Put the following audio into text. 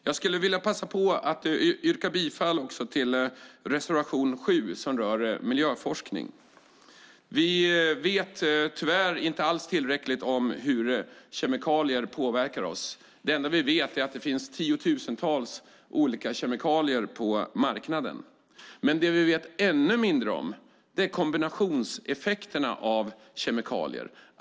Jag vill passa på att yrka bifall också till reservation 7 som rör miljöforskning. Vi vet tyvärr inte alls tillräckligt om hur kemikalier påverkar oss. Det enda vi vet är att det finns tiotusentals olika kemikalier på marknaden. Det vi vet ännu mindre om är kombinationseffekterna av kemikalier.